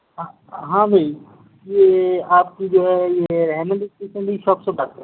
ہاں ہاں بھائی یہ آپ کی جو ہے یہ احمد اسٹیشنری شاپ سے بات کر رہے